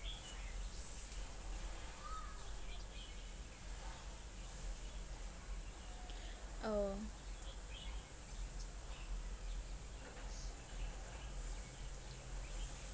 oh